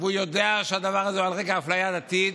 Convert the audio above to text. והוא יודע שהדבר הזה הוא על רקע אפליה עדתית,